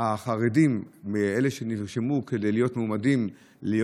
החרדים שנרשמו כדי להיות מועמדים להיות